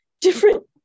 different